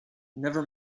never